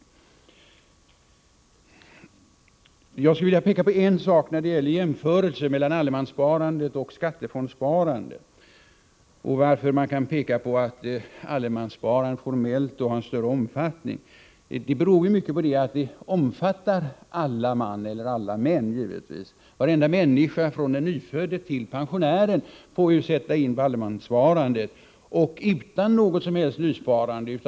Jag skulle vilja peka på en sak när det gäller jämförelser mellan allemanssparandet och skattefondssparandet. Att man kan hänvisa till att allemanssparandet formellt har större omfattning beror ju i sin tur på att det omfattar alla. Varenda människa, från den nyfödde till pensionären, får ju sätta in pengar i allemanssparandet — och utan något som helst nysparande.